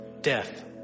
Death